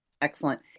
Excellent